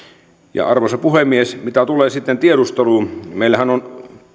yhtään arvoisa puhemies mitä tulee sitten tiedusteluun meillähän on